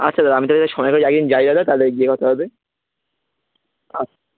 আচ্ছা দাদা আমি তাহলে সময় করে যাই এক যাই দাদা তাহলে গিয়ে কথা হবে আচ্ছা